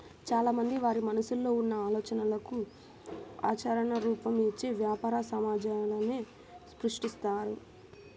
చాలామంది వారి మనసులో ఉన్న ఆలోచనలకు ఆచరణ రూపం, ఇచ్చి వ్యాపార సామ్రాజ్యాలనే సృష్టిస్తున్నారు